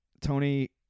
Tony